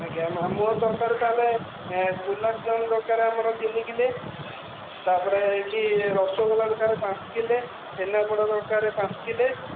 ଆଜ୍ଞା ମୋର ଦରକାର ତାହେଲେ ଗୋଲପଜାମୁନ୍ ଦରକାର ଆମର ତିନି କିଲୋ ତାପରେ ଏଠି ରସଗୋଲା ଦାରକାର ପାଞ୍ଚ କିଲୋ ଛେନାପୋଡ଼ ଦରକାର ପାଞ୍ଚ କିଲୋ